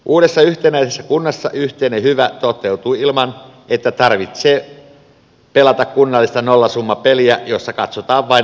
uudessa yhtenäisessä kunnassa yhteinen hyvä toteutuu ilman että tarvitsee pelata kunnallista nollasummapeliä jossa katsotaan vain omaa kotipesää